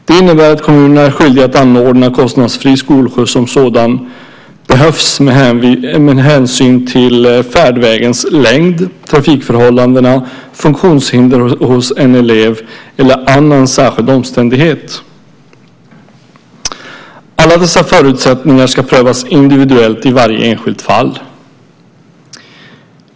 Det innebär att kommunen är skyldig att anordna kostnadsfri skolskjuts om sådan behövs med hänsyn till färdvägens längd, trafikförhållandena, funktionshinder hos en elev eller annan särskild omständighet. Alla dessa förutsättningar ska prövas individuellt i varje enskilt fall.